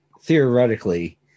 theoretically